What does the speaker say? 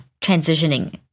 transitioning